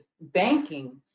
banking